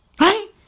Right